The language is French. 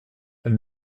elle